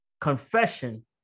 confession